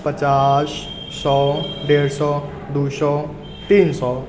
पचास सए डेढ़ सए दू सए तीन सए